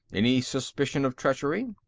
any suspicion of treachery?